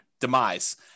demise